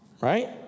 Right